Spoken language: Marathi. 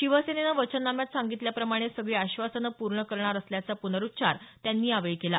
शिवसेनेनं वचननाम्यात सांगितल्याप्रमाणे सगळी आश्वासनं पूर्ण करणार असल्याचा प्नरुच्चार त्यांनी यावेळी केला